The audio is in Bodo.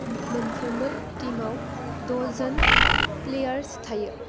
मोनफ्रोमबो टिमाव द'जोन फ्लेयार्स थायो